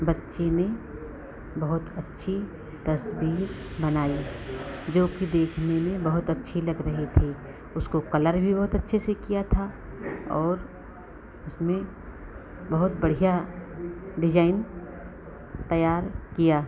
बच्चे ने बहुत अच्छी तस्वीर बनाए जो कि देखने में बहुत अच्छी लग रही थी उसको कलर बहुत अच्छे से किया था और उसमें बहुत बढ़िया डिजाइन तैयार किया